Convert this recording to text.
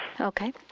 Okay